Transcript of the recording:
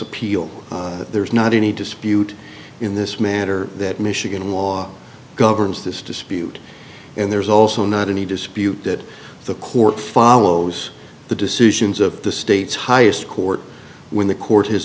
appeal that there is not any dispute in this matter that michigan law governs this dispute and there's also not any dispute that the court follows the decisions of the state's highest court when the cour